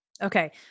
Okay